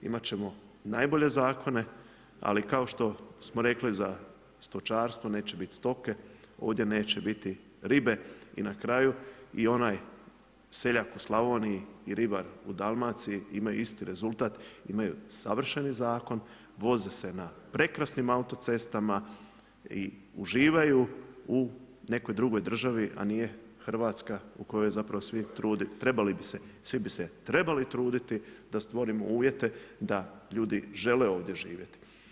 Imati ćemo najbolje zakone, ali kao što smo rekli za stočarstvo, neće biti stoke, ovdje neće biti ribe i na kraju i onaj seljak u Slavoniji i ribar u Dalmaciji, imaju isti rezultat, imaju savršeni zakon, voze se na prekrasnim autocestama i uživaju u nekoj drugoj državi, a nije Hrvatska, u kojoj zapravo svi bi se trebali truditi, da stvorimo uvjete, da ljudi žele ovdje živjeti.